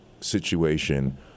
situation